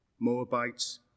Moabites